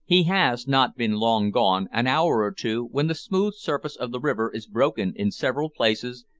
he has not been long gone, an hour or two, when the smooth surface of the river is broken in several places,